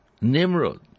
Nimrod